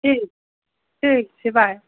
ठीक ठीक छै बाइ